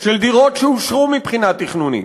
של דירות שאושרו מבחינה תכנונית.